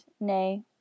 nay